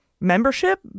membership